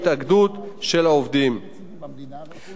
תנאי שני שהצבתי הוא הקצאת משאבים